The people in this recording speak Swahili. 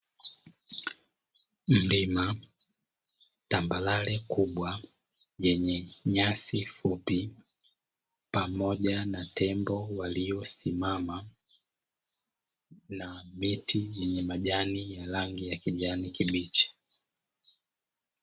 Mlima tambarare kubwa yenye nyasi fupi, pamoja na tembo waliosimama, na miti yenye majani ya rangi ya kijani kibichi.